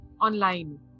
online